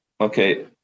Okay